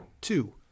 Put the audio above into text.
two